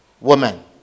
woman